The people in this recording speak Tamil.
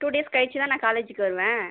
டூ டேஸ் கழித்துதான் நான் காலேஜுக்கு வருவேன்